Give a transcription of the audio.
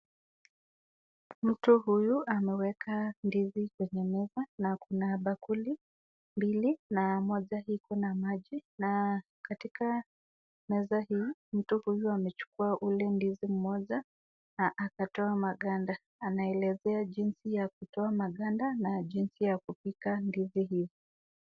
Mtu huyu ameweka ndizi kwenye meza na kuna bakuli mbili na moja iko na maji na katika meza hii mtu huyu amechukua ule ndizi mmoja na akatoa maganda. Anaelezea jinsi ya kutoa maganda na jinsi ya kupika ndizi hio.